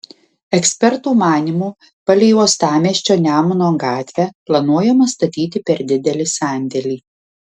ekspertų manymu palei uostamiesčio nemuno gatvę planuojama statyti per didelį sandėlį